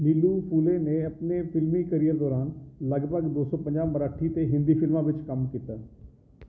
ਨੀਲੂ ਫੂਲੇ ਨੇ ਆਪਣੇ ਫ਼ਿਲਮੀ ਕਰੀਅਰ ਦੌਰਾਨ ਲਗਭਗ ਦੋ ਸੌ ਪੰਜਾਹ ਮਰਾਠੀ ਅਤੇ ਹਿੰਦੀ ਫ਼ਿਲਮਾਂ ਵਿੱਚ ਕੰਮ ਕੀਤਾ